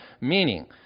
meaning